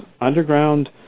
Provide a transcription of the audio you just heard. Underground